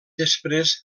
després